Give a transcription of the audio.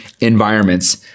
environments